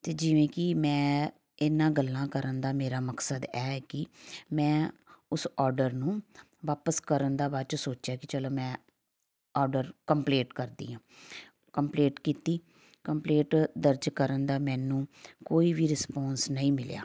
ਅਤੇ ਜਿਵੇਂ ਕਿ ਮੈਂ ਇਹਨਾਂ ਗੱਲਾਂ ਕਰਨ ਦਾ ਮੇਰਾ ਮਕਸਦ ਇਹ ਹੈ ਕਿ ਮੈਂ ਉਸ ਔਡਰ ਨੂੰ ਵਾਪਸ ਕਰਨ ਦਾ ਬਾਅਦ ਚੋਂ ਸੋਚਿਆ ਕਿ ਚਲੋ ਮੈਂ ਔਡਰ ਕੰਪਲੇਂਟ ਕਰਦੀ ਹਾਂ ਕੰਪਲੇਂਟ ਕੀਤੀ ਕੰਪਲੇਂਟ ਦਰਜ ਕਰਨ ਦਾ ਮੈਨੂੰ ਕੋਈ ਵੀ ਰਿਸਪੋਂਸ ਨਹੀਂ ਮਿਲਿਆ